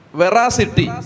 veracity